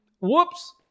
Whoops